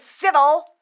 civil